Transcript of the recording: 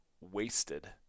wasted